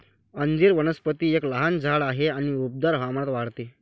अंजीर वनस्पती एक लहान झाड आहे आणि उबदार हवामानात वाढते